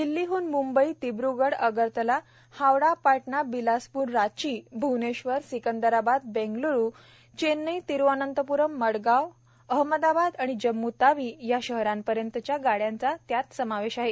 दिल्लीहून मुंबई दिब्र्गड आगरताळा हावडा पाटणा बिलासपूर रांची भुवनेश्वर सिकंदराबाद बेंगल्रू चेन्नई तिरूवनंतप्रम् मडगाव अहमदाबाद आणि जम्मू तावी या शहरांपर्यंत च्या गाड्यांचा त्यात समावेश आहे